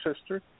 sister